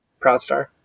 Proudstar